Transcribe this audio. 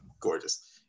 gorgeous